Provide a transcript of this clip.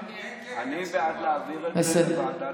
אני בעד להעביר את זה לוועדת העבודה והרווחה.